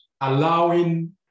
allowing